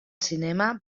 cinema